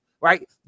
right